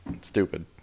stupid